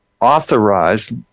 authorized